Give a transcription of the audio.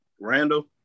Randall